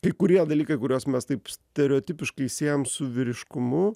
kai kurie dalykai kuriuos mes taip stereotipiškai siejam su vyriškumu